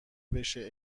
بشه